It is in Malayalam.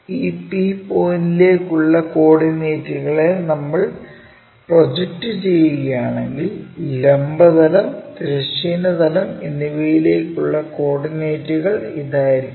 ഈ P പോയിന്റിലേക്കുള്ള കോർഡിനേറ്റുകളെ നമ്മൾ പ്രൊജക്റ്റ് ചെയ്യുകയാണെങ്കിൽ ലംബ തലം തിരശ്ചീന തലം എന്നിവയിലേക്കുള്ള കോർഡിനേറ്റുകൾ ഇതായിരിക്കും